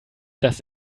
dass